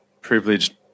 privileged